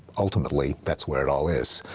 ultimately, that's where it all is.